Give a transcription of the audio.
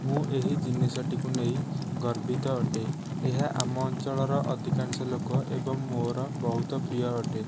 ମୁଁ ଏହି ଜିନିଷଟିକୁ ନେଇ ଗର୍ବିତ ଅଟେ ଏହା ଆମ ଅଞ୍ଚଳର ଅଧିକାଂଶ ଲୋକ ଏବଂ ମୋର ବହୁତ ପ୍ରିୟ ଅଟେ